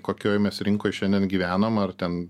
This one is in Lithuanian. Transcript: kokioj mes rinkoj šiandien gyvenam ar ten